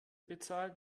bezahlt